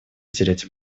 терять